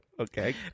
Okay